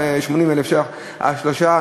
צריך לבוא ברגע האחרון?